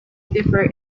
differ